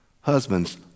Husbands